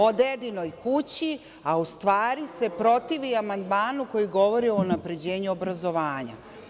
O dedinoj kući, a u stvari se protivi amandmanu koji govori o unapređenju obrazovanja.